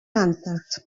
answers